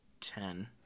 Ten